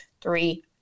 three